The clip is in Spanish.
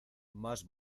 más